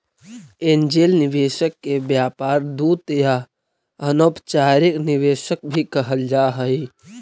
angel निवेशक के व्यापार दूत या अनौपचारिक निवेशक भी कहल जा हई